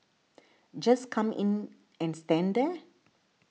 just come in and stand there